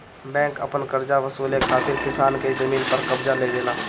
bank अपन करजा वसूले खातिर किसान के जमीन पर कब्ज़ा लेवेला